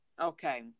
okay